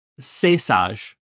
Cesage